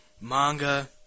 manga